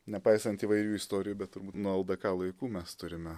nepaisant įvairių istorijų bet turbūt nuo ldk laikų mes turime